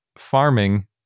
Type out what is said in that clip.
Farming